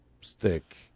stick